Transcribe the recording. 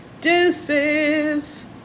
deuces